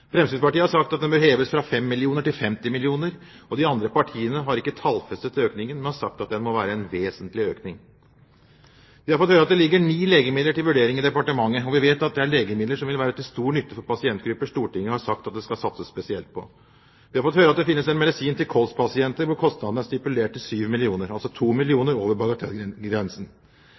Fremskrittspartiet har sagt at den bør heves fra 5 mill. til 50 mill. De andre partiene har ikke tallfestet økningen, men sagt at det må være en vesentlig økning. Vi har fått høre at det ligger ni legemidler til vurdering i departementet, og vi vet at det er legemidler som vil være til stor nytte for pasientgrupper Stortinget har sagt det skal satses spesielt på. Vi har fått høre at det finnes en medisin til kols-pasienter hvor kostnaden er stipulert til 7 mill. kr, altså 2 mill. kr over